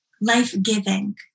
life-giving